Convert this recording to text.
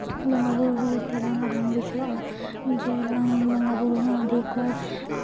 ᱵᱚᱸᱜᱟᱼᱵᱩᱨᱩ ᱤᱭᱟᱹᱛᱮ ᱞᱟᱝᱜᱟ ᱵᱟᱝ ᱵᱩᱡᱷᱟᱹᱜᱼᱟ ᱡᱮ ᱞᱟᱝ ᱵᱚᱸᱜᱟᱼᱵᱩᱨᱩ ᱦᱚᱸ ᱟᱹᱰᱤ ᱠᱚ